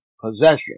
possession